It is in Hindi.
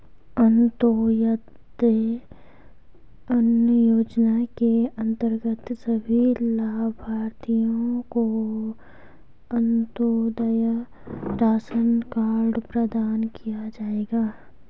अंत्योदय अन्न योजना के अंतर्गत सभी लाभार्थियों को अंत्योदय राशन कार्ड प्रदान किया जाएगा